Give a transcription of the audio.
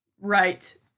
Right